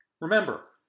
Remember